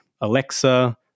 Alexa